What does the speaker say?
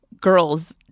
girls-